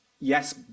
yes